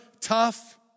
tough